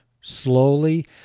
slowly